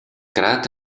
creat